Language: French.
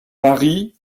paris